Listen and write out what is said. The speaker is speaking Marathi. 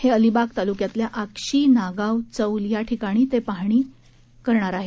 हे अलिबाग तालुक्यातील आक्षी नागाव चौल याठिकाणी ते पाहणी करणार आहेत